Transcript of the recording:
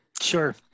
Sure